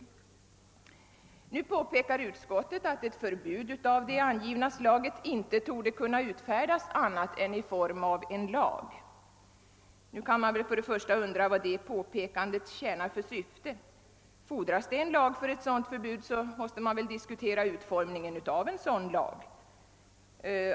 Utskottet påpekar nu att ett förbud av det angivna slaget inte torde kunna utfärdas annat än i form av en lag. Nu kan man för det första undra vad det påpekandet tjänar för syfte. Fordras det en lag för ett sådant förbud, så måste man väl diskutera utformningen av en sådan lag.